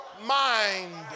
mind